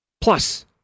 Plus